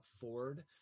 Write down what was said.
Ford